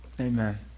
amen